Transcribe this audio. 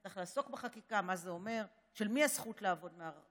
צריך לעסוק בחקיקה מה זה אומר: של מי הזכות לעבוד מרחוק,